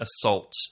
assault